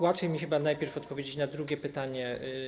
Łatwiej mi chyba będzie najpierw odpowiedzieć na drugie pytanie.